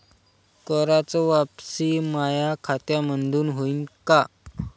कराच वापसी माया खात्यामंधून होईन का?